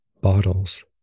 bottles